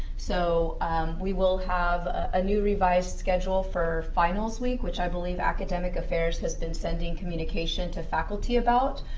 so we will have a new revised schedule for finals week, which i believe academic affairs has been sending communication to faculty about.